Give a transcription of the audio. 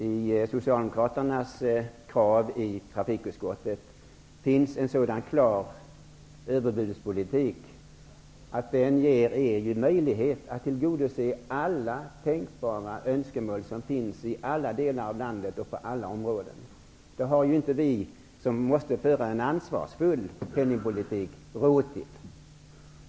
I Socialdemokraternas krav i trafikutskottet finns en sådan klar överbudspolitik som ger Socialdemokraterna möjlighet att tillgodose alla tänkbara önskemål som finns i alla delar av landet och på alla områden. Det har inte vi, som måste föra en ansvarsfull penningpolitik.